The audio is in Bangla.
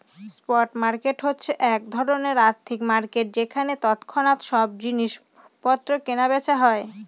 স্পট মার্কেট হচ্ছে এক ধরনের আর্থিক মার্কেট যেখানে তৎক্ষণাৎ সব জিনিস পত্র কেনা বেচা হয়